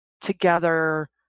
together